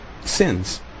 sins